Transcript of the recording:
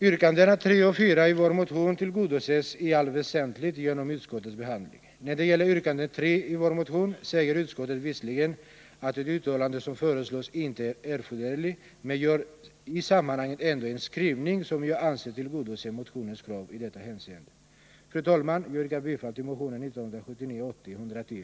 Yrkandena 3 och 4 i vår motion tillgodoses i allt väsentligt genom utskottets behandling. När det gäller yrkande 3 i vår motion säger utskottet visserligen att det uttalande som föreslås inte är erforderligt, men man gör ändå i sammanhanget en skrivning som jag anser tillgodoser motionens krav i detta hänseende. Fru talman! Jag yrkar bifail till motionen 1979/80:110.